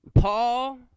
Paul